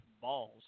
balls